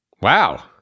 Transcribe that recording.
Wow